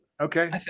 Okay